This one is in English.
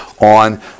on